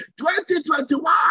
2021